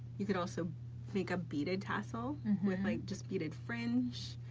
you could also make a beaded tassel with like just beaded fringe.